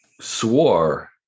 swore